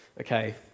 Okay